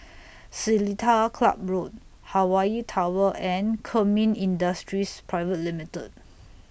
Seletar Club Road Hawaii Tower and Kemin Industries Private Limited